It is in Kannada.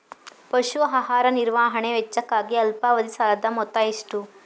ಪಶು ಆಹಾರ ನಿರ್ವಹಣೆ ವೆಚ್ಚಕ್ಕಾಗಿ ಅಲ್ಪಾವಧಿ ಸಾಲದ ಮೊತ್ತ ಎಷ್ಟು?